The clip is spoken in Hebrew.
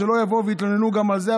שלא יבואו ויתלוננו גם על זה,